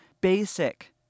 basic